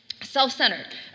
Self-centered